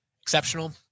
exceptional